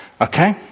Okay